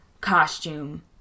costume